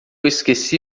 esqueci